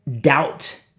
doubt